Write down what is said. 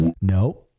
No